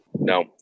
No